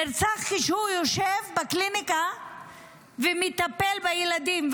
נרצח כשהוא יושב בקליניקה ומטפל בילדים.